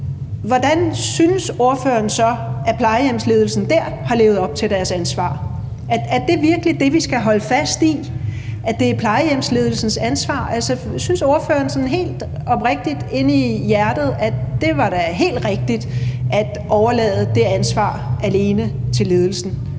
hvordan synes ordføreren så, at plejehjemsledelsen dér har levet op til deres ansvar? Er det virkelig det, vi skal holde fast i, altså at det er plejehjemsledelsens ansvar? Altså, synes ordføreren sådan helt oprigtigt inde i hjertet, at det var da helt rigtigt at overlade det ansvar alene til ledelsen?